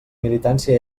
militància